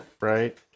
right